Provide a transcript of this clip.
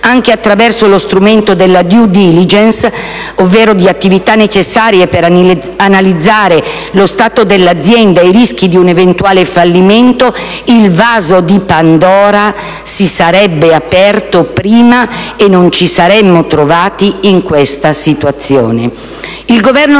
anche attraverso lo strumento della *due diligence,* ovvero dell'attività necessaria per analizzare lo stato dell'azienda e i rischi di un eventuale fallimento, il vaso di Pandora si sarebbe aperto prima e non ci saremmo trovati in questa situazione. Il Governo